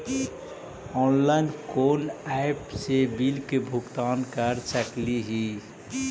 Online कोन app से bill के भुगतान कर सकली ही?